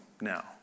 now